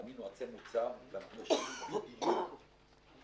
בנינו ענפי מוצר ואנחנו משלמים בלי דיחוי